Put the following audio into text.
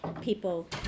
people